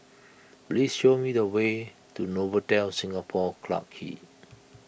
please show me the way to Novotel Singapore Clarke Quay